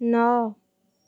ନଅ